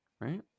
right